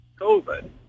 COVID